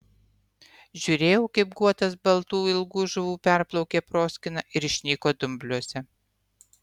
žiūrėjau kaip guotas baltų ilgų žuvų perplaukė proskyną ir išnyko dumbliuose